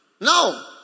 No